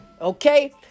okay